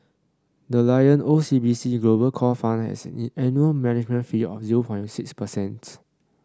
the Lion O C B C Global Core Fund has an annual management fee of zero point six per cents